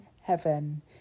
heaven